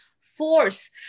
force